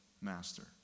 master